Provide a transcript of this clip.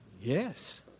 Yes